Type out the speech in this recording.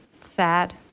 Sad